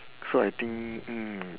so I think mm